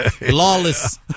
Lawless